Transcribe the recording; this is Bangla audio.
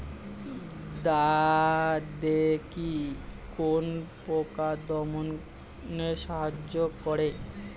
দাদেকি কোন পোকা দমনে সাহায্য করে?